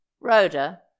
Rhoda